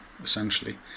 essentially